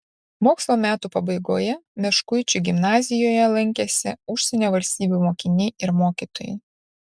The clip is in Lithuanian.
mokslo metų pabaigoje meškuičių gimnazijoje lankėsi užsienio valstybių mokiniai ir mokytojai